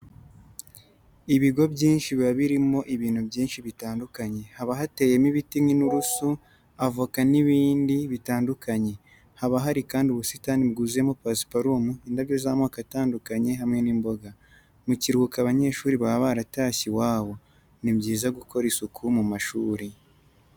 Ibigo byinshi biba birimo ibintu byinshi bitandukanye. Haba hateyemo ibiti nk'inturusu, avoka n'ibindi bitandukanye. Haba hari kandi ubusitani bwuzuyemo pasiparumu, indabyo z'amoko atandukanye hamwe n'imboga. Mu kiruhuko abanyeshuri baba baratashye iwabo. Ni byiza gukora isuku mu mashuri.